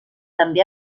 també